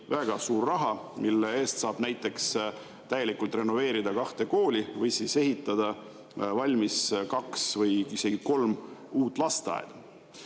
väga suur raha, selle eest saab näiteks täielikult renoveerida kaks kooli või siis ehitada valmis kaks või isegi kolm uut lasteaeda. Nii